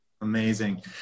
amazing